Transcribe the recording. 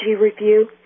review